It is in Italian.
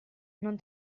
non